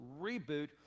reboot